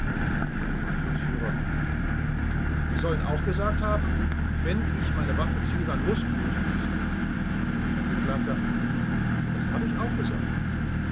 verhandlungsf sie sollen auch gesagt haben wenn ich meine waffe ziehe dann muß blut fließen angekl das habe ich auch gesagt